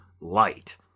light